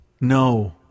No